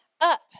Up